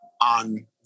on